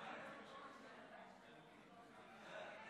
הצעת חוק האזרחות (תיקון,